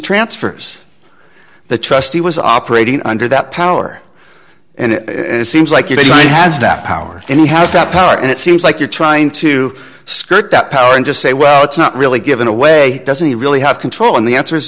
transfers the trustee was operating under that power and it seems like it has that power and he has that power and it seems like you're trying to skirt that power and just say well it's not really given away doesn't really have control and the answer is